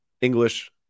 English